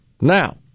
Now